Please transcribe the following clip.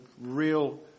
real